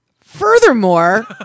Furthermore